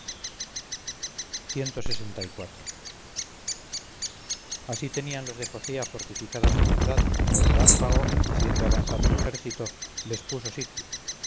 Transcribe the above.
labradas piedras así tenían los de focea fortificada su ciudad cuando hárpago haciendo avanzar su ejército les puso sitio